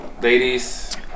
ladies